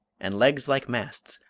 and legs like masts,